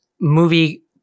movie